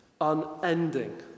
unending